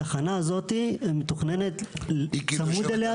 התחנה הזאת היא מתוכננת צמוד אליה והיא צמודה